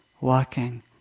walking